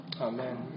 Amen